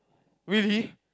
really